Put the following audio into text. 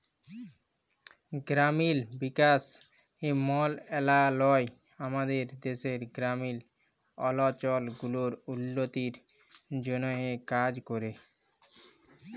গেরামিল বিকাশ মলত্রলালয় আমাদের দ্যাশের গেরামিল অলচল গুলার উল্ল্য তির জ্যনহে কাজ ক্যরে